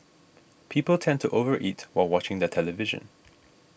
people tend to over eat while watching the television